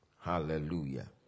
Hallelujah